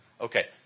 Okay